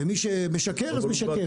ומי שמשקר, אז משקר.